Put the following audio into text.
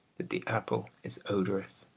that the apple is odorous,